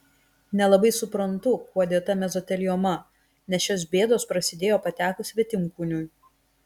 nelabai suprantu kuo dėta mezotelioma nes šios bėdos prasidėjo patekus svetimkūniui